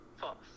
False